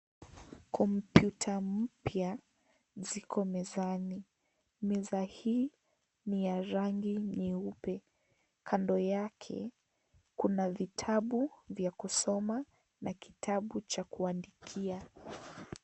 Kompyuta mpya ziko mezani, meza hii ni ya rang i nyeupe, kando yake kuna vitabu vya kusoma na kitabu cha kuandikia.